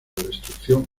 destrucción